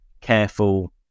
careful